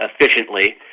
efficiently